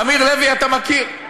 אמיר לוי, אתה מכיר.